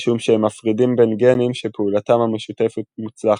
משום שהם מפרידים בין גנים שפעולתם המשותפת מוצלחת,